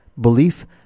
Belief